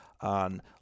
on